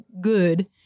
good